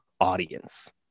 audience